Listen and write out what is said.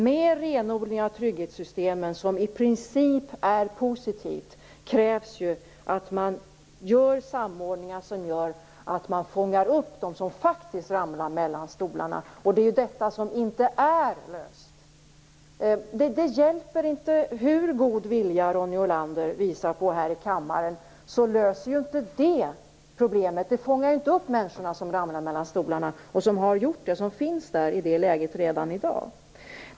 Med en renodling av trygghetssystemen, något som i princip är positivt, krävs ju att man gör samordningar, så att man fångar upp dem som faktiskt ramlar mellan stolarna. Det är det som inte är löst. Det hjälper inte hur god vilja Ronny Olander än visar här i kammaren. Det löser inte problemet. Det fångar inte upp de människor som ramlar mellan stolarna, och de som redan har gjort det och som finns i det läget redan i dag.